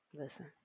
Listen